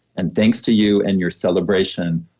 and thanks to you and your celebration,